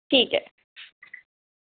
ठीक ऐ